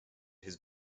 his